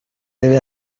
debe